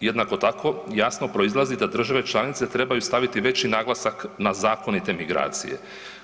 jednako tako jasno proizlazi da države članice trebaju staviti veći naglasak na zakonite migracije